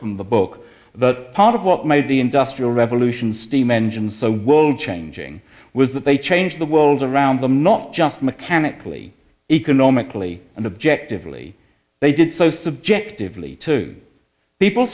from the book that part of what made the industrial revolution steam engine so world changing was that they changed the world around them not just mechanically economically and objective really they did so subjectively to people